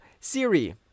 Siri